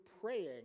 praying